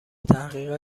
تحقیق